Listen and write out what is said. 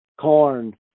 corn